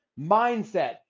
mindset